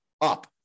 up